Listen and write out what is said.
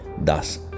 Thus